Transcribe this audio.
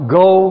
go